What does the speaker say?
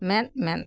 ᱢᱮᱫᱼᱢᱮᱫ